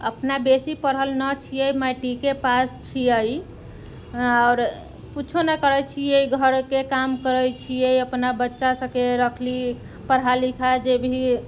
अपना बेसी पढ़ल नहि छियै मैट्रीके पास छियै आओर कुछो नहि करै छियै घरके काम करै छियै अपना बच्चा सबके रखली पढ़ाइ लिखाइ जे भी